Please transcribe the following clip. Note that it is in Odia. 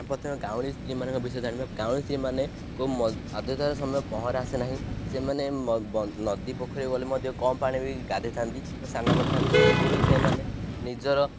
ଆମ ପ୍ରଥମେ ଗାଉଁଳି ସ୍ତ୍ରୀମାନଙ୍କ ବିଷୟରେ ଜାଣିବା ଗାଉଁଳି ସ୍ତ୍ରୀମାନେ କୋ ଆଦ୍ୟତାର ସମୟ ପହଁରା ଆସେ ନାହିଁ ସେମାନେ ନଦୀ ପୋଖରୀ ଗଲେ ମଧ୍ୟ କମ୍ ପାଣି ବି ଗାଧେଇ ଥାନ୍ତି ବା ସ୍ନାନ କରିଥାନ୍ତି ସେଗୁଡ଼ିକ ସେମାନେ ନିଜର